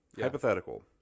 Hypothetical